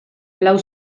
lau